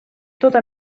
tota